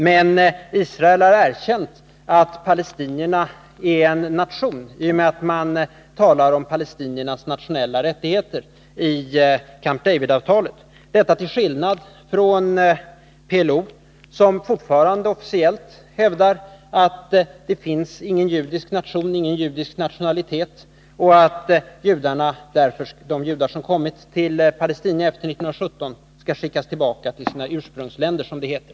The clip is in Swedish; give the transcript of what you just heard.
Men Israel har erkänt att palestinierna är en nation i och med att det i Camp David-avtalet talas om palestiniernas nationella rättigheter, till skillnad mot PLO, som fortfarande officiellt hävdar att det inte finns någon judisk nation, någon judisk nationalitet. Enligt PLO skall därför de judar som efter 1917 kommit till Palestina skickas tillbaka till, som det heter, sina ursprungsländer.